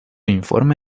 informe